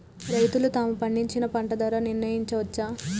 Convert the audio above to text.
రైతులు తాము పండించిన పంట ధర నిర్ణయించుకోవచ్చా?